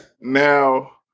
Now